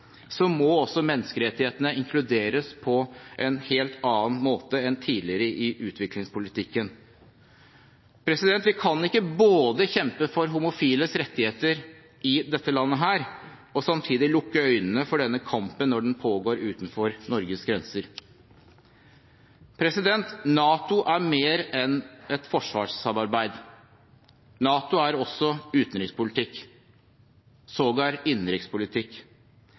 så må også menneskerettighetene inkluderes på en helt annen måte enn tidligere i utviklingspolitikken. Vi kan ikke både kjempe for homofiles rettigheter i dette landet og samtidig lukke øynene for denne kampen når den pågår utenfor Norges grenser. NATO er mer enn et forsvarssamarbeid. NATO er også utenrikspolitikk, sågar innenrikspolitikk.